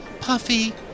Puffy